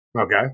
Okay